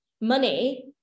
money